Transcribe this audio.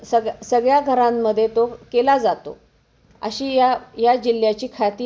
सग सगळ्या घरांमध्ये तो केला जातो अशी या या जिल्ह्याची ख्याती आहे धन्यवाद